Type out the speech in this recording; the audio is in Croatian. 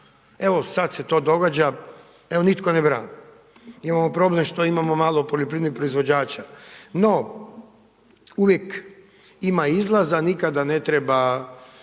Evo sad se to događa, evo nitko ne brani. Imamo problem što imamo malo poljoprivrednih proizvođača, no uvijek ima izlaza, nikada ne treba